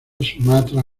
sumatra